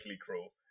cruel